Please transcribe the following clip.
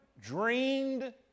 dreamed